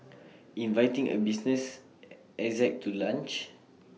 inviting A business exec to lunch